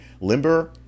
limber